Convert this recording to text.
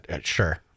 Sure